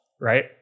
right